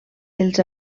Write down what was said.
els